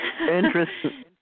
Interesting